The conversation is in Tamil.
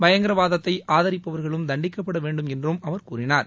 பயங்கரவாதத்தை ஆதரிப்பவர்களும் தண்டிக்கப்பட வேண்டும் என்றும் அவர் கூறினார்